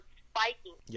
spiking